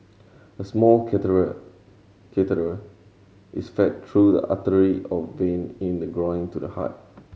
a small is fed through the artery or vein in the groin to the heart